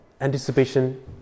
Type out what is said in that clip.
anticipation